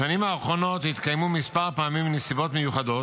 בשנים האחרונות התקיימו כמה פעמים נסיבות מיוחדות,